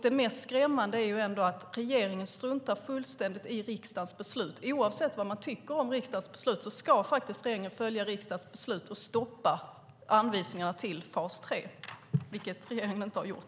Det mest skrämmande är ändå att regeringen fullständigt struntar i riksdagens beslut. Oavsett vad man tycker om riksdagens beslut ska faktiskt regeringen följa riksdagens beslut och stoppa anvisningarna till fas 3, vilket regeringen inte har gjort.